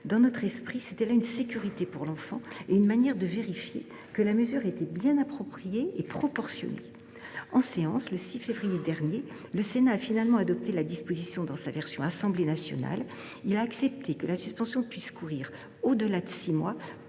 Dans notre esprit, c’était là une sécurité pour l’enfant et une manière de vérifier que la mesure était bien appropriée et proportionnée. Le 6 février dernier, le Sénat a finalement adopté la disposition dans la version de l’Assemblée nationale. Il a ainsi accepté que la suspension puisse courir au delà de six mois,